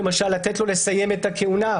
למשל, לתת לו לסיים את הכהונה.